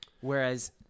whereas –